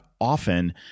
often